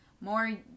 more